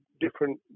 different